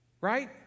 Right